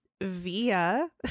via